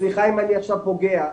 סליחה אם אני עכשיו פוגע,